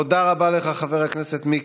תודה רבה לשר המקשר חבר הכנסת דוד